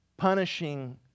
Punishing